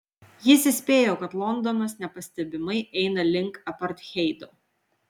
jis įspėjo kad londonas nepastebimai eina link apartheido